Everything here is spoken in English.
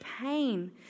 pain